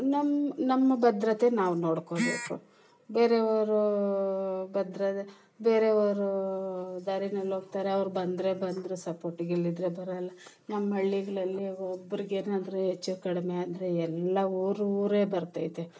ನಮ್ಮ ನಮ್ಮ ಭದ್ರತೆ ನಾವು ನೋಡ್ಕೋಬೇಕು ಬೇರೆಯವ್ರು ಭದ್ರತೆ ಬೇರೆಯವ್ರು ದಾರಿಯಲ್ಲಿ ಹೋಗ್ತಾರೆ ಅವರು ಬಂದರೆ ಬಂದರು ಸಪೋರ್ಟ್ಗೆ ಇಲ್ಲದಿದ್ರೆ ಬರಲ್ಲ ನಮ್ಮ ಹಳ್ಳಿಗಳಲ್ಲಿ ಒಬ್ಬರಿಗೆ ಏನಾದ್ರೂ ಹೆಚ್ಚು ಕಡಿಮೆ ಆದರೆ ಎಲ್ಲ ಊರು ಊರೇ ಬರ್ತೈತೆ